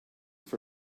for